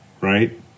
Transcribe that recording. right